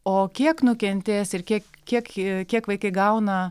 o kiek nukentės ir kiek kiek kiek vaikai gauna